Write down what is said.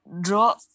draw